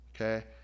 okay